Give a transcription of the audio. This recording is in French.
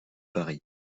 paris